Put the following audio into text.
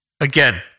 Again